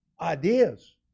ideas